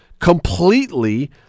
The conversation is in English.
completely